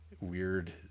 weird